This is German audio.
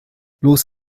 los